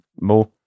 more